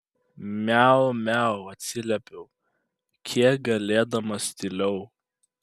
miau miau atsiliepiau kiek galėdamas tyliau